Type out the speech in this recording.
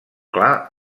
clar